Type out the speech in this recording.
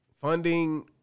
Funding